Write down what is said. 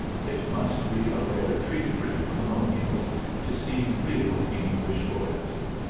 it must be a rare treat for you colonials to see real english royalty